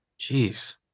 Jeez